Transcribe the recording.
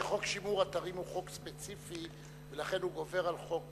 שחוק שימור אתרים הוא חוק ספציפי ולכן הוא גובר על חוק,